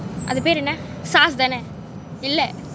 அது பேரென்ன:athu perenna S_A_R_S இல்ல:illa